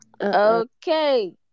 Okay